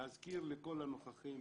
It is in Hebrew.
להזכיר לכל הנוכחים,